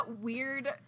weird